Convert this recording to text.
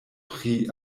pri